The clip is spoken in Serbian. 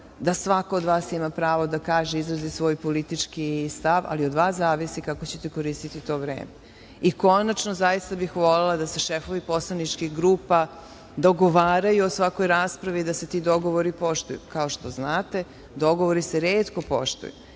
da svako od vas ima pravo da kaže, izrazi svoj politički stav, ali od vas zavisi kako ćete koristiti to vreme. Konačno, zaista bih volela da se šefovi poslaničkih grupa dogovaraju o svakoj raspravi i da se ti dogovori poštuju. Kao što znate, dogovori se retko poštuju.